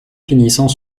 finissant